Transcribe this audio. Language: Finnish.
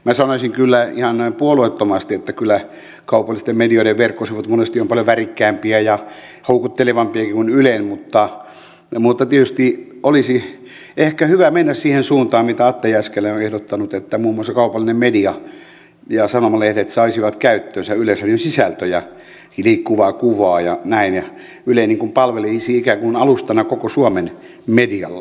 minä sanoisin kyllä ihan puolueettomasti että kyllä kaupallisten medioiden verkkosivut monesti ovat paljon värikkäämpiä ja houkuttelevampiakin kuin ylen mutta tietysti olisi ehkä hyvä mennä siihen suuntaan mitä atte jääskeläinen on ehdottanut että muun muassa kaupallinen media ja sanomalehdet saisivat käyttöönsä yleisradion sisältöjä liikkuvaa kuvaa ja näin ja yle palvelisi ikään kuin alustana koko suomen medialle